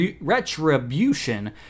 retribution